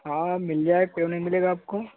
हाँ मिल जाएगा क्यों नहीं मिलेगा आपको